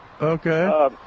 Okay